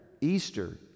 Easter